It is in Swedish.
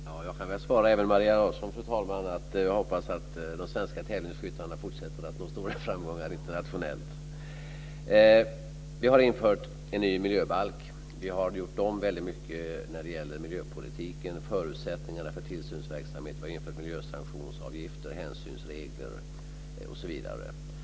Fru talman! Jag kan väl svara även Maria Larsson att jag hoppas att de svenska tävlingsskyttarna fortsätter att nå stora framgångar internationellt. Vi har infört en ny miljöbalk. Vi har gjort om väldigt mycket när det gäller miljöpolitiken och förutsättningarna för tillsynsverksamhet. Vi har infört miljösanktionsavgifter, hänsynsregler osv.